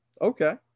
Okay